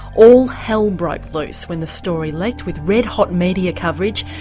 all hell broke loose when the story leaked with red hot media coverage,